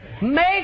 Make